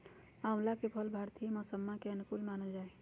आंवला के फल भारतीय मौसम्मा के अनुकूल मानल जाहई